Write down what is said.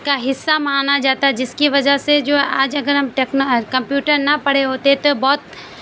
کا حصہ مانا جاتا ہے جس کی وجہ سے جو آج اگر ہم ٹیکن کمپیوٹر نہ پڑھے ہوتے تو بہت